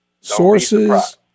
Sources